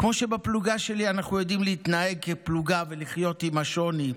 כמו שבפלוגה שלי אנחנו יודעים להתנהג כפלוגה ולחיות עם השוני,